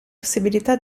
possibilità